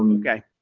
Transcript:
um okay.